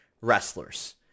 wrestlers